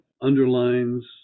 underlines